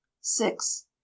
six